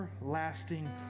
everlasting